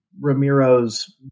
Ramiro's